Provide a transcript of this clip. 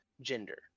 gender